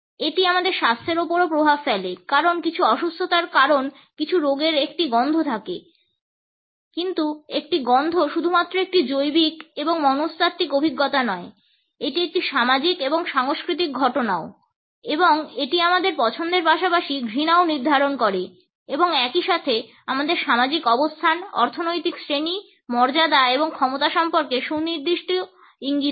এটি আমাদের স্বাস্থ্যের উপরও প্রভাব ফেলে কারণ কিছু অসুস্থতার কারণ কিছু রোগের একটি গন্ধ থাকে কিন্তু একটি গন্ধ শুধুমাত্র একটি জৈবিক এবং মনস্তাত্ত্বিক অভিজ্ঞতা নয় এটি একটি সামাজিক এবং সাংস্কৃতিক ঘটনাও এবং এটি আমাদের পছন্দের পাশাপাশি ঘৃণাও নির্ধারণ করে এবং একই সাথে আমাদের সামাজিক অবস্থান অর্থনৈতিক শ্রেণী মর্যাদা এবং ক্ষমতা সম্পর্কে সুনির্দিষ্ট ইঙ্গিত দেয়